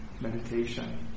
meditation